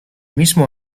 mismo